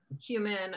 human